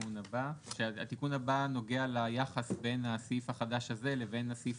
והתיקון הבא נוגע ליחס בין הסעיף החדש הזה לבין הסעיף